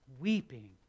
weeping